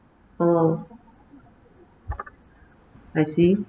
oh I see